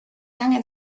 angen